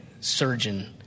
surgeon